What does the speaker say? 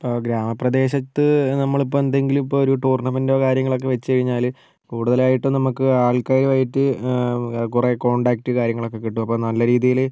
ഇപ്പം ഗ്രാമപ്രദേശത്ത് നമ്മൾ ഇപ്പം എന്തെങ്കിലും ഇപ്പം ഒര് ടൂർണമെൻറ്റൊ കാര്യങ്ങളോ ഒക്കെ വെച്ചുകഴിഞ്ഞാൽ കൂടുതലായിട്ടും നമുക്ക് ആൾകാരുമായിട്ട് കുറേ കോൺടാക്ട് കാര്യങ്ങൾ ഒക്കെ കിട്ടും അപ്പോൾ നല്ല രീതിയിൽ